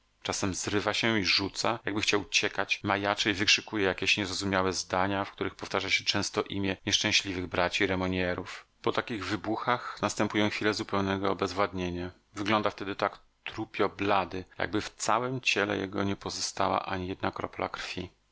czasem zrywa się i rzuca jakby chciał uciekać majaczy i wykrzykuje jakieś niezrozumiałe zdania w których powtarza się często imię nieszczęśliwych braci remognerów po takich wybuchach następują chwile zupełnego obezwładnienia wygląda wtedy tak trupio blady jakby w całem ciele jego nie pozostała ani jedna kropla krwi